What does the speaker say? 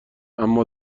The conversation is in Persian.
اما